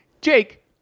Jake